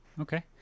Okay